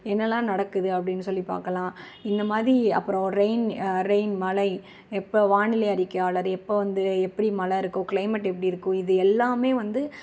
என்னெல்லாம் நடக்குது அப்படின்னு சொல்லி பார்க்கலாம் இந்தமாதிரி அப்பறம் ரெயின் ரெயின் மழை இப்போ வானிலை அறிக்கையாளர் எப்போ வந்து எப்படி மழை இருக்கும் கிளைமேட் எப்படி இருக்கும் இது எல்லாமே வந்து